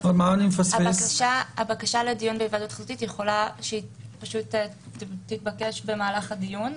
הבקשה לדיון בהיוועדות חזותית יכולה שתתבקש במהלך הדיון,